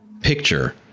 picture